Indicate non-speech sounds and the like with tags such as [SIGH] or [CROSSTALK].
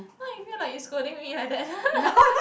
now you feel like you scolding me like that [LAUGHS]